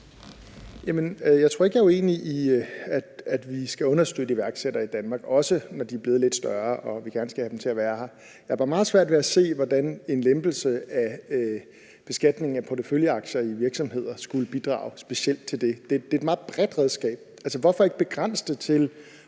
Jeg tror ikke, at jeg er uenig i, at vi skal understøtte iværksættere i Danmark, også når de er blevet lidt større og vi gerne skal have dem til at blive her. Jeg har bare meget svært ved at se, hvordan en lempelse af beskatningen af porteføljeaktier i virksomheder skulle bidrage specielt til det. Det er et meget bredt redskab. Hvorfor ikke begrænse det til